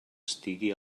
estigui